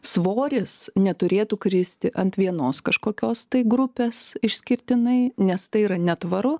svoris neturėtų kristi ant vienos kažkokios tai grupės išskirtinai nes tai yra netvaru